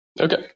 Okay